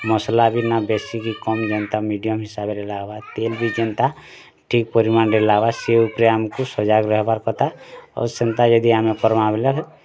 ମସଲା ବି ନା ବେଶୀ କି କମ୍ ଯେନ୍ତା ମିଡ଼ିୟମ୍ ହିସାବରେ ଲାଗ୍ବା ତେଲ୍ ବି ଯେନ୍ତା ଠିକ୍ ପରିମାଣରେ ଲାଗ୍ବା ସେ ଉପରେ ଆମକୁ ସଜାଗ ରହିବାର୍ କଥା ଆଉ ସେନ୍ତା ଯଦି ଆମେ କରବାଁ ବୋଲେ